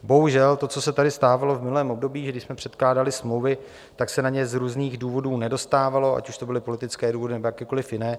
Bohužel to, co se tady stávalo v minulém období, kdy jsme předkládali smlouvy, tak se na ně z různých důvodů nedostávalo, ať už to byly politické důvody, nebo jakékoli jiné.